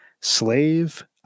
Slave